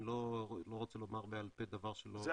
אני לא רוצה לומר בעל פה דבר שלא --- זה